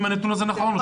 אם הנתון הזה נכון.